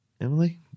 Emily